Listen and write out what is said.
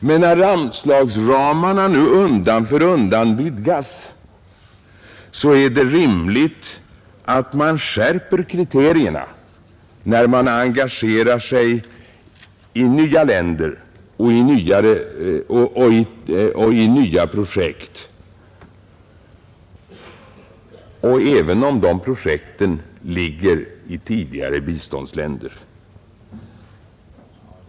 Men när anslagsramarna nu undan för undan vidgas, så är det rimligt att man skärper kriterierna då man engagerar sig i nya länder och i nya projekt, även om de projekten ligger i tidigare biståndsländer.